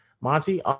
Monty